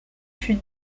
fut